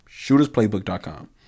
Shootersplaybook.com